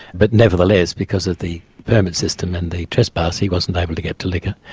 but nevertheless, because of the permit system and the trespass, he wasn't able to get to liquor.